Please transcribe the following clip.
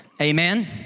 Amen